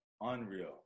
Unreal